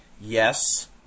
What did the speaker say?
yes